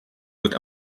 wird